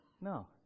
no